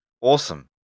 Awesome